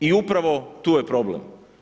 I upravo tu je problem.